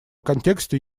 контексте